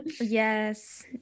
Yes